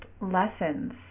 lessons